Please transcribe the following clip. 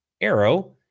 arrow